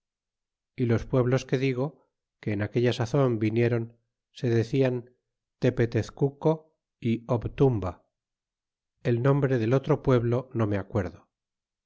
y los pueblos que digo que en aquella sazon vinieron se decian tepetezcuco y obtumha el nombre del otro pueblo no me acuerdo